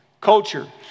culture